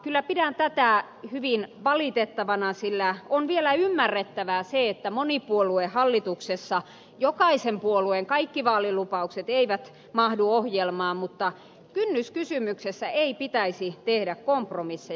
kyllä pidän tätä hyvin valitettavana sillä on vielä ymmärrettävää se että monipuoluehallituksessa jokaisen puolueen kaikki vaalilupaukset eivät mahdu ohjelmaan mutta kynnyskysymyksessä ei pitäisi tehdä kompromisseja